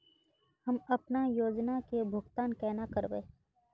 हम अपना योजना के भुगतान केना करबे?